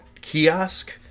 kiosk